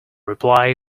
reply